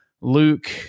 Luke